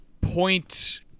point